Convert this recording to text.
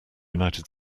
united